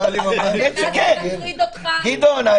מה שמדאיג אותך --- גדעון,